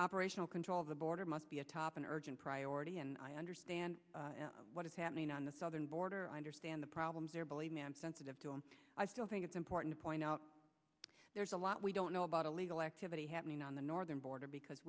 operational control of the border must be a top and urgent priority and i understand what is happening on the southern border i understand the problems there believe me i'm sensitive to and i still think it's important to point out there's a lot we don't know about illegal activity happening on the northern border because